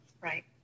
Right